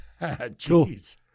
Jeez